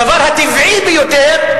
הדבר הטבעי ביותר,